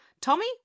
tommy